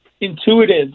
intuitive